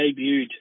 debuted